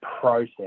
process